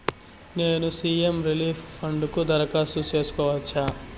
నేను CM relief fund కు దరఖాస్తు సేసుకోవచ్చా?